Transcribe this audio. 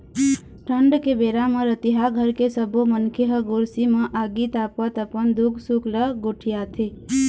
ठंड के बेरा म रतिहा घर के सब्बो मनखे ह गोरसी म आगी तापत अपन दुख सुख ल गोठियाथे